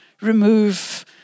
remove